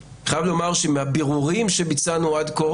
אני חייב לומר שמהבירורים שביצענו עד כה